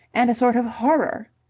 and a sort of horror.